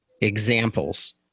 examples